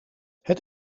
het